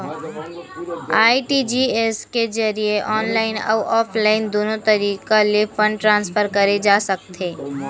RTGS के जरिए online अउ ऑफलाइन दुनो तरीका ले फंड ट्रांसफर करे जा सकथे